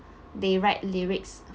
they write lyrics